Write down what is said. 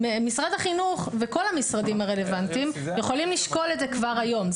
משרד החינוך וכל המשרדים הרלוונטיים יכולים לשקול את זה כבר היום.